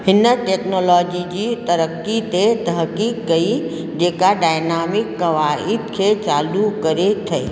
हिन टैक्नोलॉजी जी तरक़ी ते तहकीक कई जेका डायनामिक कवाइद खे चालू करे अथई